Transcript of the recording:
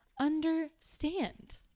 understand